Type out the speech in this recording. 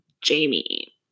Jamie